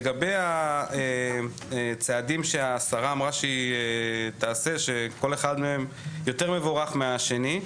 לגבי הצעדים שהשרה אמרה שהיא תעשה כל אחד מהם יותר מבורך מהשני.